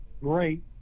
great